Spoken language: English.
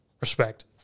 respect